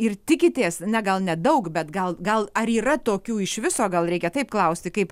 ir tikitės ne gal nedaug bet gal gal ar yra tokių iš viso gal reikia taip klausti kaip